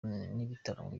n’ibitaramo